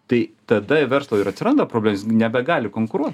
tai tada verslui ir atsiranda problema jis gi nebegali konkuruot